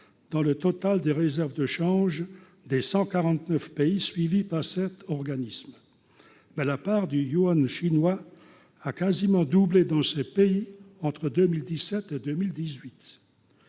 dans le total des réserves de change des 149 pays suivis par cet organisme, mais la part du One ou chinois a quasiment doublé dans ce pays entre 2017, 2018,